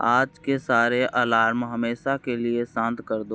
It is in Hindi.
आज के सारे अलार्म हमेशा के लिए शांत कर दो